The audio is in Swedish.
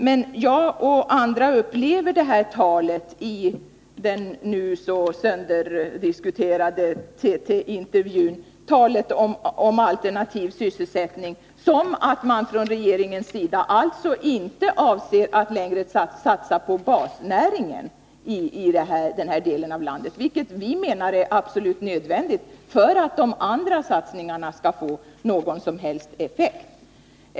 Men jag och också andra uppfattade talet om alternativ sysselsättning i den nu sönderdiskuterade TT-intervjun så, att man från regeringens sida inte avser att längre satsa på basnäringen i denna del av landet, något som vi menar är absolut nödvändigt att göra för att de övriga satsningarna skall få någon som helst effekt.